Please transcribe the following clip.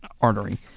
artery